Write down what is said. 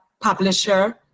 publisher